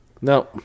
No